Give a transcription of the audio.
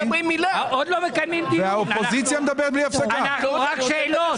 אנחנו עוד לא מקיימים דיון, אנחנו רק שאלות.